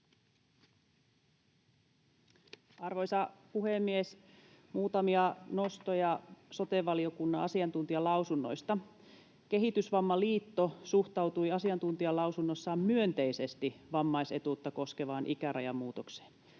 Arvoisa puhemies! Muutamia nostoja sote-valiokunnan asiantuntijalausunnoista. Kehitysvammaliitto suhtautui asiantuntijalausunnossaan myönteisesti vammaisetuutta koskevaan ikärajan muutokseen.